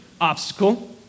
obstacle